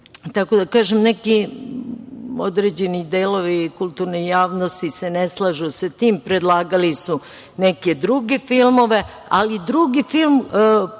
da kažem da neki određeni delovi kulturne javnosti se ne slažu sa tim, predlagali su neke druge filmove, ali je drugi film